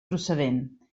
procedent